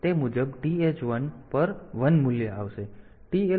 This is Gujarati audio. તેથી TH અથવા આ ફરીથી લોડ કરવાની સૂચના આવશે અને તે મુજબ TH 1 1 મૂલ્ય આવશે